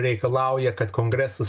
reikalauja kad kongresas